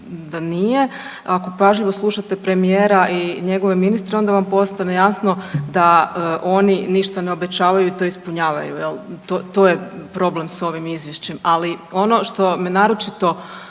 da nije. Ako pažljivo slušate premijera i njegove ministre onda vam postane jasno da oni ništa ne obećavaju i to ispunjavaju, to je problem s ovim izvješćem. Ali ono što me naročito